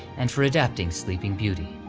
and for adapting sleeping beauty.